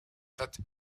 that